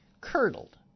Curdled